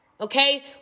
Okay